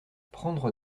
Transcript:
prendre